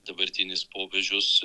dabartinis popiežius